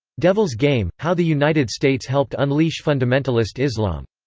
devil's game how the united states helped unleash fundamentalist islam.